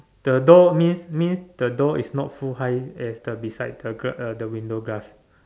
the door means means the door is not full high as the beside the girl uh the window glass